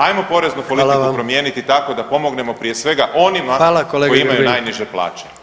Ajmo poreznu politiku promijeniti tako da pomognemo prije svega onima [[Upadica predsjednik: Hvala kolega Grbin.]] koji imaju najniže plaće.